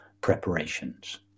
preparations